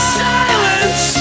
silence